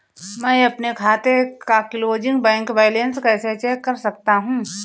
मैं अपने खाते का क्लोजिंग बैंक बैलेंस कैसे चेक कर सकता हूँ?